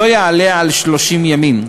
לא יעלה על 30 ימים,